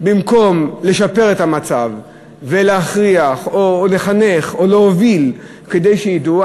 ובמקום לשפר את המצב ולהכריח או לחנך או להוביל כדי שידעו,